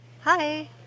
Hi